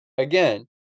Again